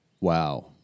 Wow